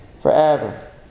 forever